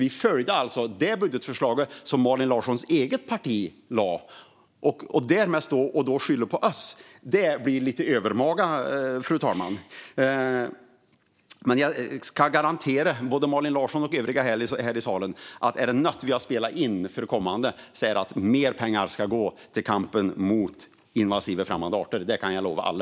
Vi följde alltså Malin Larssons eget partis budgetförslag och att då skylla på oss blir lite övermaga. Jag kan garantera Malin Larsson och övriga i salen att är det något vi har spelat in för kommande budget är det att mer pengar ska gå till kampen mot invasiva, främmande arter. Det kan jag lova alla.